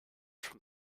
from